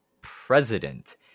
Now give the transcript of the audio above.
president